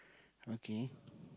okay